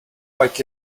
like